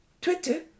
Twitter